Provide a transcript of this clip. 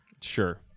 Sure